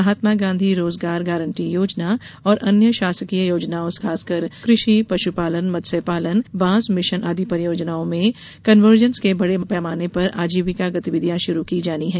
महात्मा गांधी रोजगार गारंटी योजना और अन्य शासकीय योजनाओं खासकर कृषि पुशपालन मत्स्य पालन बाँस मिशन आदि परियोजनाओं में कन्वर्जेंस से बड़े पैमाने पर आजीविका गतिविधियाँ शुरू की जानी है